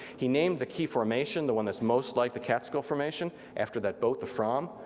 he named the key formation, the one that's most like the catskill formation, after that boat the fram,